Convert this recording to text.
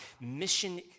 Mission